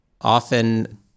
often